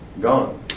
Gone